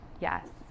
Yes